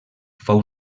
fou